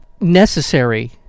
necessary